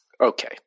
Okay